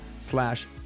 slash